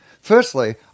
Firstly